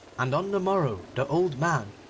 and on the morrow the old man,